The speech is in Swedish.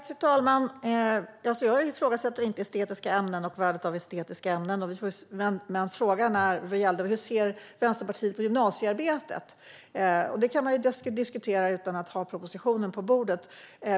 Fru talman! Jag ifrågasätter inte estetiska ämnen och värdet av estetiska ämnen. Men frågan var: Hur ser Vänsterpartiet på gymnasiearbetet? Det kan man ju diskutera utan att ha propositionen på bordet.